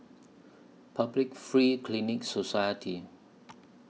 Public Free Clinic Society